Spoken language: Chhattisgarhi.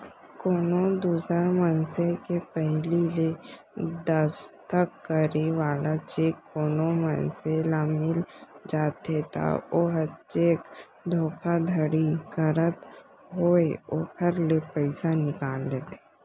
कोनो दूसर मनसे के पहिली ले दस्खत करे वाला चेक कोनो मनसे ल मिल जाथे त ओहा चेक धोखाघड़ी करत होय ओखर ले पइसा निकाल लेथे